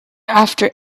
after